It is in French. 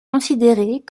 considérés